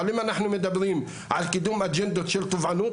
אבל אם אנחנו מדברים על קידום אג'נדות של טבעונות,